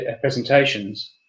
presentations